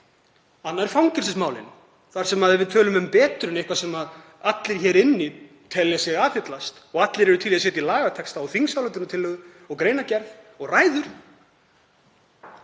Annað er fangelsismálin, þar sem við tölum um betrun, eitthvað sem allir hér inni telja sig aðhyllast og allir eru til í að setja í lagatexta og þingsályktunartillögu og greinargerð og ræður.